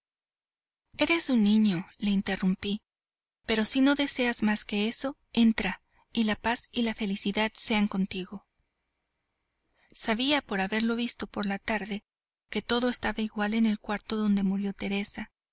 eres un niño le interrumpí pero si no deseas más que eso entra y la paz y la felicidad sean contigo sabía por haberlo visto por la tarde que todo estaba igual en el cuarto donde murió teresa